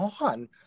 on